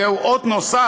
זהו אות נוסף,